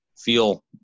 feel